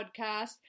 podcast